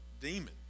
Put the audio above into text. demon